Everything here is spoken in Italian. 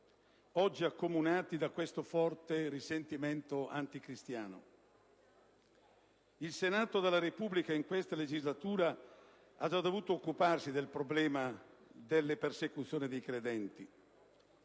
oggi accomunati da questo forte risentimento anticristiano. Il Senato della Repubblica, in questa legislatura, ha già dovuto occuparsi del problema della persecuzione dei credenti.